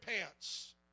pants